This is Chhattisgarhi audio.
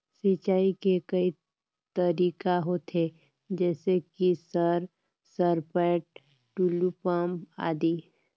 सिंचाई के कई तरीका होथे? जैसे कि सर सरपैट, टुलु पंप, आदि?